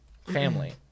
family